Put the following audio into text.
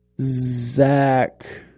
Zach